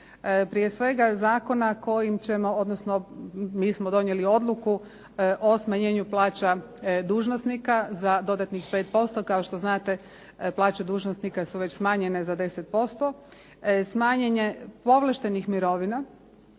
Prije svega zakona kojim ćemo, odnosno mi smo donijeli odluku o smanjenju plaća dužnosnika za dodatnih 5%. Kao što znate, plaće dužnosnika su već smanjene za 10%. Smanjenje povlaštenih mirovina